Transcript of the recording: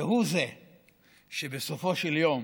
והוא זה שבסופו של יום